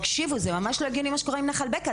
תקשיבו זה ממש לא הגיוני מה שקורה עם נחל בקע,